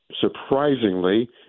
Surprisingly